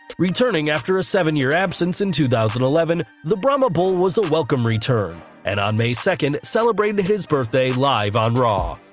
returning after a seven-year absence in two thousand and eleven, the brahma bull was a welcome return, and on may second, celebrated his birthday live on raw.